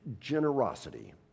generosity